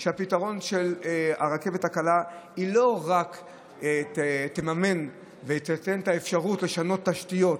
של הרכבת הקלה לא רק יממן וייתן את האפשרות לשנות תשתיות.